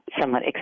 somewhat